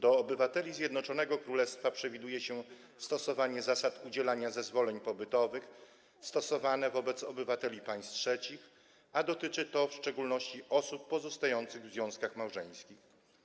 Wobec obywateli Zjednoczonego Królestwa przewiduje się stosowanie zasad udzielania zezwoleń pobytowych stosowanych wobec obywateli państw trzecich, a dotyczy to w szczególności osób pozostających w związkach małżeńskich.